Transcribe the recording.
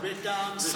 זה בית העם, זה שלהם.